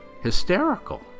hysterical